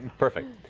perfect.